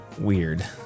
weird